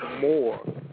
more